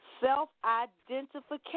Self-identification